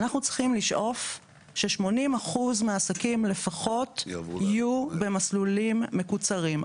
אנחנו צריכים לשאוף ש-80% מהעסקים לפחות יהיו במסלולים מקוצרים.